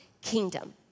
kingdom